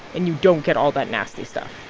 and you don't get all that nasty stuff.